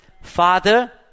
Father